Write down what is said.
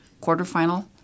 quarterfinal